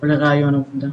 ולראיון עבודה.